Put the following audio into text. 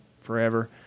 forever